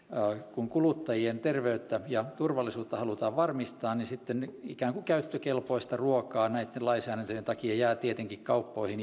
kun kuluttajien terveyttä ja turvallisuutta halutaan varmistaa niin sitten ikään kuin käyttökelpoista ruokaa näitten lainsäädäntöjen takia jää tietenkin kauppoihin